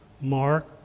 Mark